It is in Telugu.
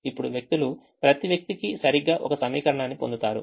ఇప్పుడు వ్యక్తులు ప్రతి వ్యక్తికి సరిగ్గా ఒక సమీకరణాన్ని పొందుతారు